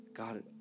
God